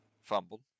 Fumbled